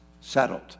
settled